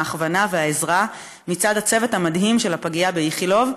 ההכוונה והעזרה מצד הצוות המדהים של הפגייה באיכילוב,